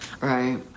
Right